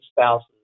spouses